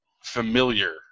familiar